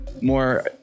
more